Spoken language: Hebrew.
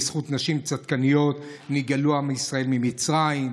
בזכות נשים צדקניות נגאל עם ישראל ממצרים.